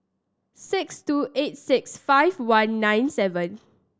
six two eight six five one nine seven